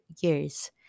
years